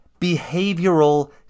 behavioral